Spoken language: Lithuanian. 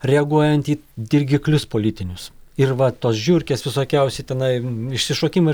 reaguojant į dirgiklius politinius ir va tos žiurkės visokiausi tenai išsišokimai